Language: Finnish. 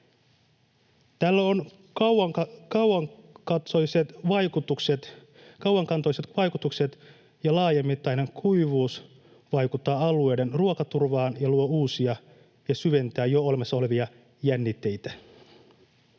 Tällä on kauaskantoiset vaikutukset, ja laajamittainen kuivuus vaikuttaa alueiden ruokaturvaan ja luo uusia ja syventää jo olemassa olevia jännitteitä.